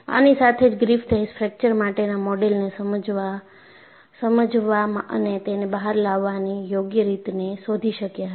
આની સાથે જ ગ્રિફિથ એ ફ્રેક્ચર માટેના મોડેલને સમજાવવા અને તેને બહાર લાવવાની યોગ્ય રીતને શોધી શક્યા હતા